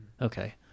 Okay